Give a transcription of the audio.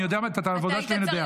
את העבודה שלי אני יודע.